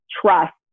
trust